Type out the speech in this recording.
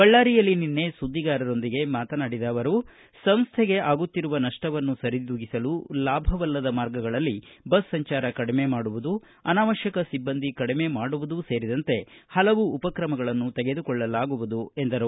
ಬಳ್ಳಾರಿಯಲ್ಲಿ ನಿನ್ನೆ ಸುದ್ದಿಗಾರರೊಂದಿಗೆ ಮಾತನಾಡಿದ ಅವರು ಸಂಸ್ಥೆಗೆ ಆಗುತ್ತಿರುವ ನಷ್ಟವನ್ನು ಸರಿದೂಗಿಸಲು ಲಾಭವಲ್ಲದ ಮಾರ್ಗಗಳಲ್ಲಿ ಬಸ್ ಸಂಚಾರ ಕಡಿಮೆ ಮಾಡುವುದು ಅನಾವಶ್ಯಕ ಸಿಬ್ಬಂದಿ ಕಡಿಮೆ ಮಾಡುವುದು ಸೇರಿದಂತೆ ಹಲವು ಉಪ ಕ್ರಮಗಳನ್ನು ತೆಗೆದುಕೊಳ್ಳಲಾಗುವುದು ಎಂದರು